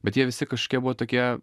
bet jie visi kažkokie buvo tokie